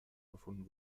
gefunden